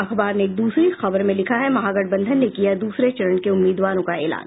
अखबार ने एक दूसरी खबर में लिखा है महागठबंधन ने किया दूसरे चरण के उम्मीदवारों का ऐलान